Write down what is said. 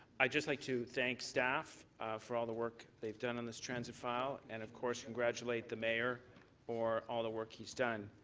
i'd just like to thank staff for all the work they've done on this transit file and of course congratulate the mayor for all the work he's done.